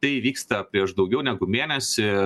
tai įvyksta prieš daugiau negu mėnesį